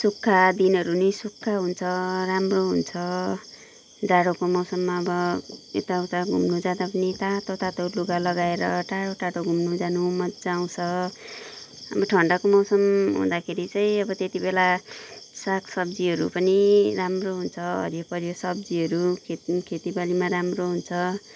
सुक्खा दिनहरू नि सुक्खा हुन्छ राम्रो हुन्छ जाडोको मौसममा अब यता उता घुम्नु जाँदा पनि तातो तातो लुगा लगाएर टाढो टाढो घुम्नु जानु मजा आउँछ अब ठण्डाको मौसम हुँदाखेरि चाहिँ अब त्यतिबेला सागसब्जीहरू पनि राम्रो हुन्छ हरियोपरियो सब्जीहरू खेती खेतीबालीमा राम्रो हुन्छ